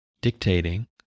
dictating